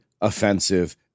offensive